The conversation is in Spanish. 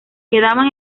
quedaban